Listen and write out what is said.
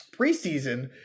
preseason